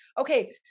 Okay